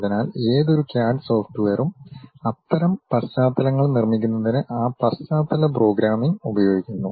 അതിനാൽ ഏതൊരു ക്യാഡ് സോഫ്റ്റ്വെയറും അത്തരം പശ്ചാത്തലങ്ങൾ നിർമ്മിക്കുന്നതിന് ആ പശ്ചാത്തല പ്രോഗ്രാമിംഗ് ഉപയോഗിക്കുന്നു